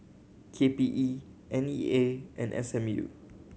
K P E N E A and S M U